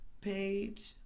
page